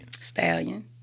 Stallion